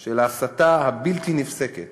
של ההסתה הבלתי-נפסקת